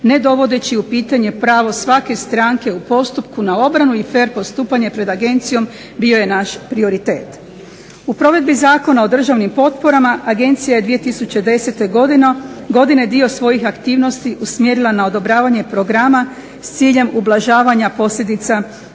ne dovodeći u pitanje pravo svake stranke u postupku na obranu i fer na postupanje pred agencijom bio je naš prioritet. U provedbi Zakona o državnim potporama agencija je 2010.godine dio svojih aktivnosti usmjerila na odobravanje programa s ciljem ublažavanje posljedica